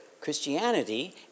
Christianity